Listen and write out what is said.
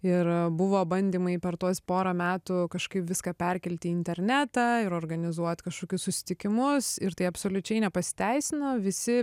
ir buvo bandymai per tuos pora metų kažkaip viską perkelti į internetą ir organizuot kažkokius susitikimus ir tai absoliučiai nepasiteisino visi